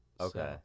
Okay